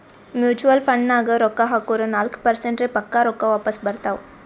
mutual ಫಂಡ್ನಾಗ್ ರೊಕ್ಕಾ ಹಾಕುರ್ ನಾಲ್ಕ ಪರ್ಸೆಂಟ್ರೆ ಪಕ್ಕಾ ರೊಕ್ಕಾ ವಾಪಸ್ ಬರ್ತಾವ್